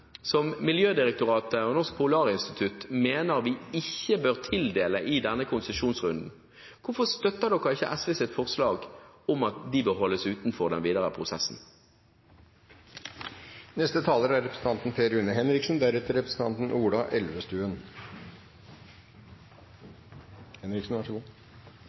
som Miljødirektoratet og Norsk Polarinstitutt mener vi ikke bør tildele i denne konsesjonsrunden, hvorfor støtter de ikke SVs forslag om at disse områdene bør holdes utenfor den videre prosessen? Den 23. konsesjonsrunden er